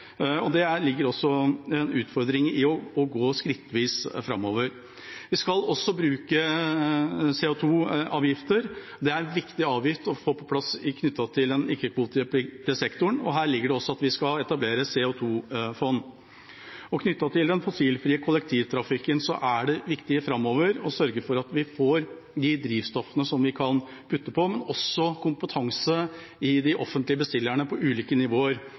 Norge, og her ligger også en utfordring i å gå skrittvis framover. Vi skal også bruke CO 2 -avgifter. Det er en viktig avgift å få på plass knyttet til den ikke-kvotepliktige sektoren. Her ligger det også at vi skal etablere CO 2 -fond. Når det gjelder den fossilfrie kollektivtrafikken, er det viktig framover å sørge for at vi får de drivstoffene som vi kan putte på, men også kompetanse hos de offentlige bestillerne på ulike nivåer.